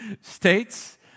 states